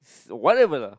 whatever lah